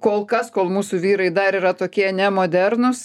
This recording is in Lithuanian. kol kas kol mūsų vyrai dar yra tokie nemodernūs